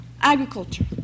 Agriculture